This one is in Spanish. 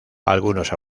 algunos